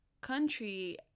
country